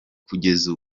kugeza